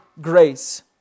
grace